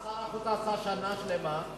מה שר החוץ עשה שנה שלמה?